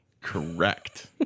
Correct